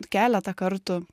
keletą kartų